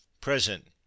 present